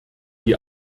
die